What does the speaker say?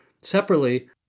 separately